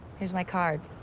here's my card.